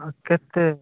ଆଉ କେତେ